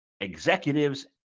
executives